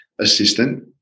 assistant